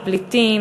הפליטים,